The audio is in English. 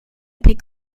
pig